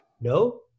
No